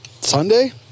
Sunday